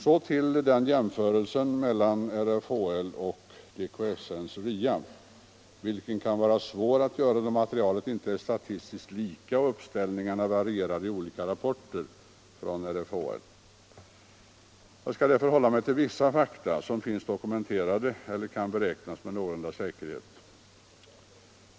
Så till jämförelsen mellan RFHL och DKSN:s RIA, vilken kan vara svår att göra då materialet inte är statistiskt lika och uppställningarna varierar i olika rapporter från RFHL. Jag skall därför hålla mig till vissa fakta som finns dokumenterade eller kan beräknas med någon säkerhet.